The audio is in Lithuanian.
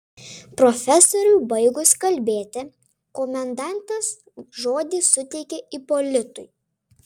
profesoriui baigus kalbėti komendantas žodį suteikė ipolitui